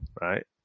right